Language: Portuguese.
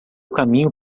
caminho